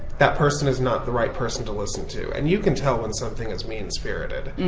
that person is not the right person to listen to, and you can tell when something is mean-spirited.